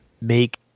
make